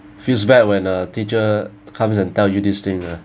feels bad when a teacher comes and tell you this thing ah